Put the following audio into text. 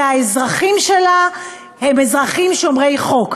והאזרחים שלה הם אזרחים שומרי חוק,